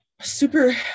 super